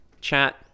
chat